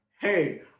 hey